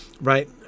right